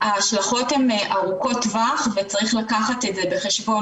ההשלכות הן ארוכות טווח וצריך לקחת את זה בחשבון